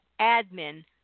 admin